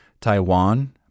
Taiwan